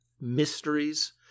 mysteries